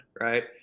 right